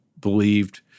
believed